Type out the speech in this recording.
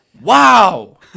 Wow